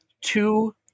two